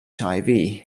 hiv